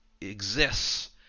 exists